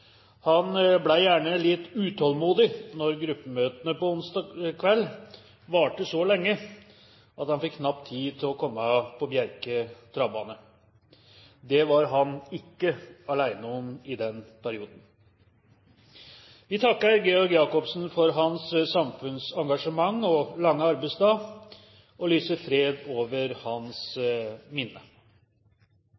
Han ble gjerne litt utålmodig når gruppemøtene onsdag kveld varte så lenge at han fikk knapp tid til å komme på Bjerke travbane. Det var han ikke alene om i den perioden. Vi takker Georg Jacobsen for hans samfunnsengasjement og lange arbeidsdag og lyser fred over hans